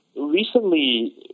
Recently